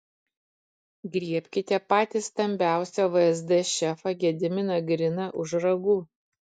griebkite patį stambiausią vsd šefą gediminą griną už ragų